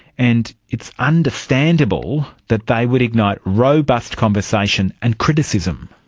and it's understandable that they would ignite robust conversation and criticism.